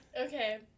Okay